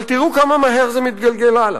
אבל תראו כמה מהר זה מתגלגל הלאה,